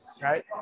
right